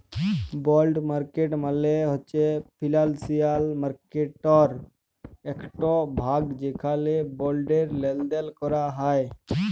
বল্ড market মালে হছে financial মার্কেটটর একট ভাগ যেখালে বল্ডের লেলদেল ক্যরা হ্যয়